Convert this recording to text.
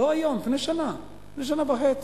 לא היום, לפני שנה, לפני שנה וחצי,